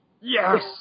Yes